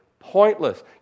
pointless